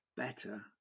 Better